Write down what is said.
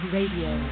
Radio